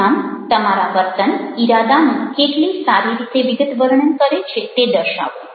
વિધાન તમારા વર્તન ઈરાદાનું કેટલી સારી રીતે વિગતવર્ણન કરે છે તે દર્શાવો